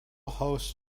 host